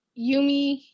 Yumi